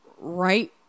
right